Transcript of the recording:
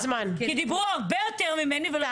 דיברו הרבה יותר ממני ולא הפסקת.